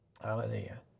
Hallelujah